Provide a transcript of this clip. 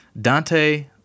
Dante